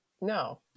no